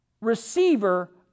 receiver